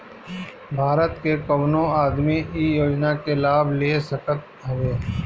भारत के कवनो आदमी इ योजना के लाभ ले सकत हवे